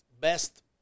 best